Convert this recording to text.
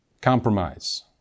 Compromise